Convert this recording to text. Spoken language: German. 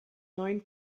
neun